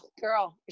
girl